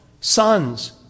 sons